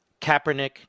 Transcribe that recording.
Kaepernick